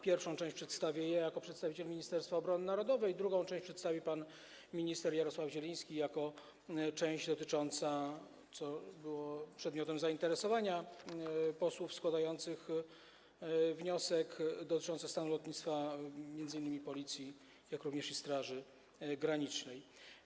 Pierwszą część przedstawię ja jako przedstawiciel Ministerstwa Obrony Narodowej, drugą część przedstawi pan minister Jarosław Zieliński - część dotycząca, co było przedmiotem zainteresowania posłów składających wniosek, stanu lotnictwa Policji, jak również Straży Granicznej.